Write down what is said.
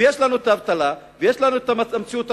ויש לנו את האבטלה, ויש לנו את המציאות הקשה.